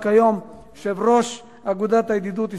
וכיום כיושב-ראש אגודת הידידות ישראל-גרמניה,